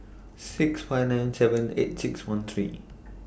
six five nine seven eight six one three